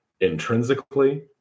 Intrinsically